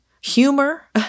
humor